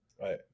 right